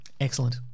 Excellent